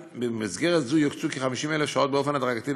במסגרת זו יוקצו כ-50,000 שעות באופן הדרגתי,